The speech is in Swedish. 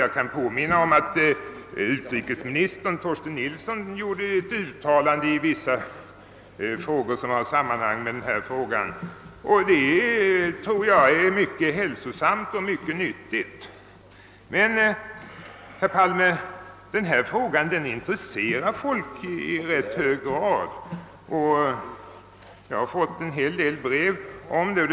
Jag vill påminna om att utrikesminister Torsten Nilsson gjort ett uttalande i vissa frågor som har samband med dessa händelser, och det tror jag varit mycket hälsosamt och nyttigt. Denna fråga intresserar folk i rätt hög grad, herr Palme; jag har fått en hel del brev som visar det.